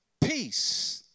peace